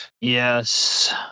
Yes